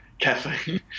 Caffeine